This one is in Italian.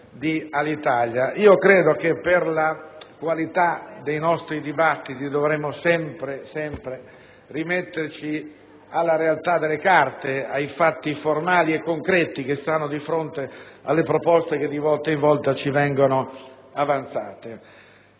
Io credo che, per la qualità dei nostri dibattiti, dovremmo sempre rimetterci alla realtà delle carte, ai fatti formali e concreti che stanno di fronte alle proposte che di volta in volta ci vengono avanzate.